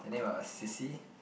and then got a c_c